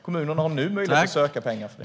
Kommunerna har nu möjlighet att söka pengar för det.